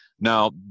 Now